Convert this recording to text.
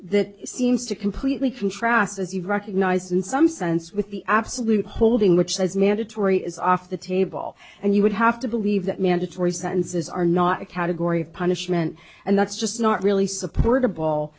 that seems to completely contrast as you've recognized in some sense with the absolute holding which says mandatory is off the table and you would have to believe that mandatory sentences are not a category of punishment and that's just not really support a ball